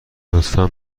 لطفا